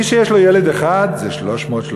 מי שיש לו ילד אחד זה 336,000,